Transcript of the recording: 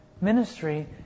ministry